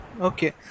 Okay